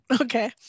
okay